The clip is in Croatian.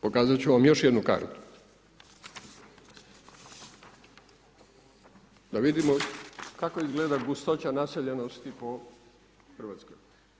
Pokazat ću vam još jednu kartu da vidimo kako izgleda gustoća naseljenosti po Hrvatskoj.